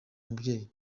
umubyeyi